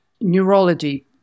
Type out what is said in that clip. neurology